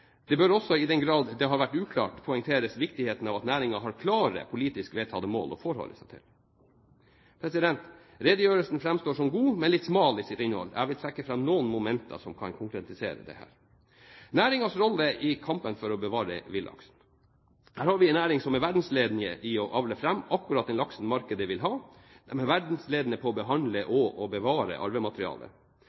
Det bør også i den grad det har vært uklart, poengteres viktigheten av at næringen har klare politisk vedtatte mål å forholde seg til. Redegjørelsen framstår som god, men litt smal i sitt innhold. Jeg vil trekke fram noen momenter som kan konkretisere dette. Næringens rolle i kampen for å bevare villaksen: Her har vi en næring som er verdensledende på å avle fram akkurat den laksen markedet vil ha. Den er verdensledende på å behandle og bevare